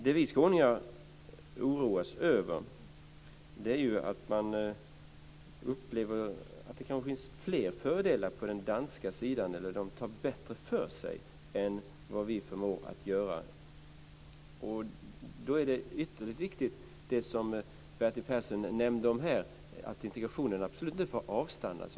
Det vi skåningar oroas över är att människor upplever att det finns fler fördelar på den danska sidan eller att de tar för sig bättre än vi har förmåga att göra. Då är det, som Bertil Persson nämnde, ytterligt viktigt att integrationen inte avstannar.